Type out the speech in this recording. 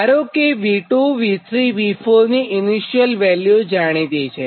ધારો કે V2 V3 V4 ની ઇનીશીયલ વેલ્યુ જાણીતી છે